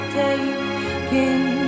taking